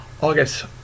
August